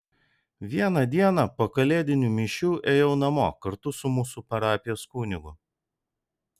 vieną dieną po kalėdinių mišių ėjau namo kartu su mūsų parapijos kunigu